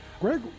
Greg